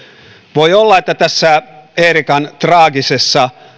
voi olla että tässä eerikan traagisessa